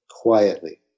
quietly